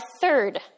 third